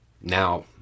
now